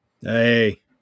Hey